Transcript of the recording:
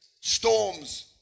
storms